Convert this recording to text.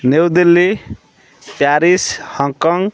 New Delhi Paris Hong Kong